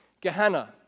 Gehenna